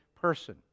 person